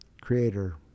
Creator